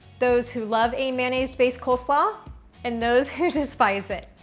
those who love a mayonnaise-based coleslaw and those who despite it.